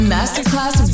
Masterclass